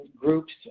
groups